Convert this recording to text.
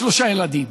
שלושה ילדים,